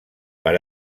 per